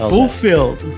Fulfilled